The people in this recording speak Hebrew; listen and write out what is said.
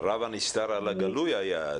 רב הנסתר על הגלוי היה.